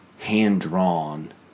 Hand-drawn